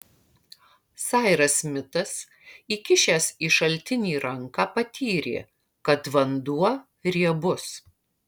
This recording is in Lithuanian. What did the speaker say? sairas smitas įkišęs į šaltinį ranką patyrė kad vanduo riebus